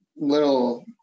Little